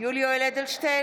יולי יואל אדלשטיין,